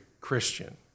Christian